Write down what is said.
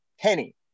penny